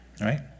right